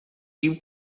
you